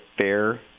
fair